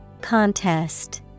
Contest